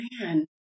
man